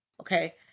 okay